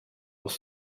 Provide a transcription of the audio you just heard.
was